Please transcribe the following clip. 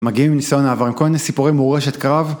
מגיעים לניסיון העבר, עם כל הסיפורים מורשת קרב.